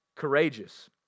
courageous